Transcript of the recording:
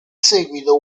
seguito